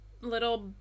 little